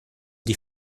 die